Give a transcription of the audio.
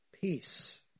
peace